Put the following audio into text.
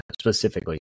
specifically